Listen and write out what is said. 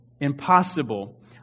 impossible